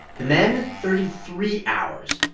the men thirty three hours.